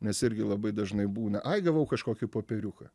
nes irgi labai dažnai būna ai gavau kažkokį popieriuką